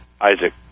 Isaac